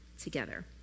together